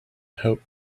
hope